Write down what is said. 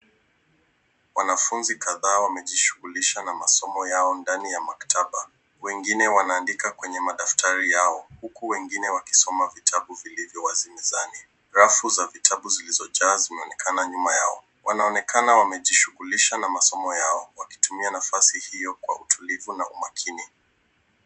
Wanafunzi kadhaa wamejishugulisha na masomo yao ndani ya maktaba. wengine wanaandika kwenye madaftari yao huku wengine wakisoma vitabu vilivyo wazi mezani. Rafu za vitabu zizilizojaa zimeonekana nyuma yao. Wanaonekana wamejishugulisha na masomo yao wakitumia nafasi hiyo kwa utulivu na umakini.